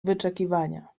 wyczekiwania